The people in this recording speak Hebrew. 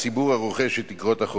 הצעת חוק התקשורת (בזק ושידורים)